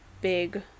big